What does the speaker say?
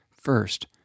first